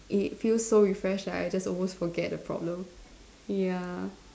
it feels so refreshed that I just almost forget the problem ya